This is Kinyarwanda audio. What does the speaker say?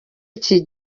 iki